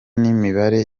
n’imibanire